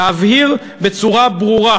להבהיר בצורה ברורה